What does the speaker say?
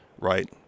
right